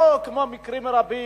לא כמו במקרים רבים,